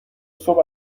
صبح